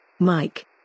Mike